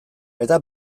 eta